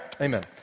Amen